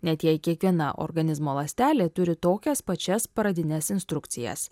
net jei kiekviena organizmo ląstelė turi tokias pačias pradines instrukcijas